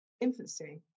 infancy